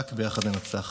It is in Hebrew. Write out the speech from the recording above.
רק ביחד ננצח.